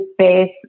space